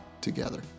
together